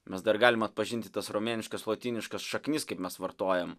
mes dar galim atpažinti tas romėniškas lotyniškas šaknis kaip mes vartojam